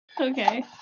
Okay